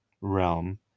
realm